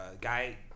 guy